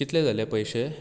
कितले जाले पयशें